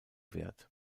wert